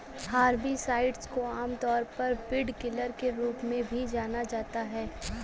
herbicides को आमतौर पर वीडकिलर के रूप में भी जाना जाता है